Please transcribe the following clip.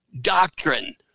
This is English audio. doctrine